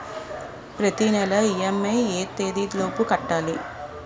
ప్రతినెల ఇ.ఎం.ఐ ఎ తేదీ లోపు కట్టాలి?